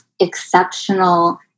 exceptional